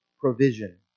provision